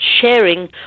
sharing